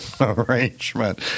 arrangement